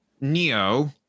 Neo